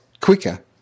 quicker